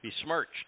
besmirched